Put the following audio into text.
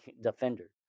defender